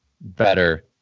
better